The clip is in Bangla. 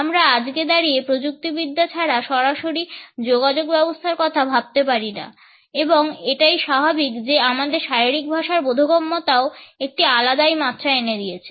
আমরা আজকে দাঁড়িয়ে প্রযুক্তিবিদ্যা ছাড়া সরাসরি যোগাযোগ ব্যবস্থার কথা ভাবতে পারিনা এবং এটাই স্বাভাবিক যে আমাদের শারীরিক ভাষার বোধগম্যতাও একটি আলাদাই মাত্রা এনে দিয়েছে